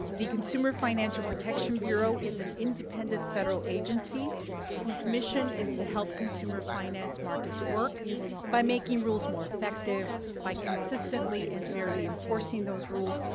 the consumer financial protection bureau is an independent federal agency whose mission is to help consumer finance markets work by making rules more effective, by consistently and fairly enforcing those rules,